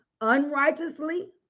unrighteously